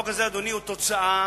החוק הזה, אדוני, הוא תוצאה